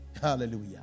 Hallelujah